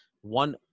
one